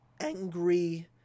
angry